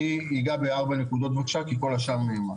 אני אגע בארבע נקודות בבקשה, כי כל השאר נאמר,